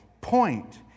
point